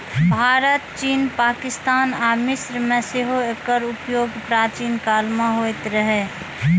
भारत, चीन, पाकिस्तान आ मिस्र मे सेहो एकर उपयोग प्राचीन काल मे होइत रहै